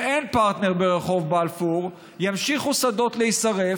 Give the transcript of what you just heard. אם אין פרטנר ברחוב בלפור, ימשיכו שדות להישרף,